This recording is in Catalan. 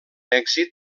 èxit